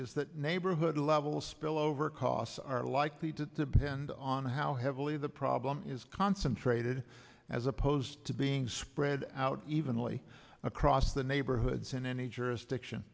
is that neighborhood level spillover costs are likely to spend on how heavily the problem is concentrated as opposed to being spread out evenly across the neighborhoods in any jurisdiction